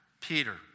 Peter